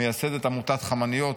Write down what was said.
מייסדת עמותת חמניות,